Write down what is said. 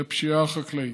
לפשיעה החקלאית.